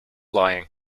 lying